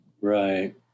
Right